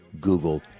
Google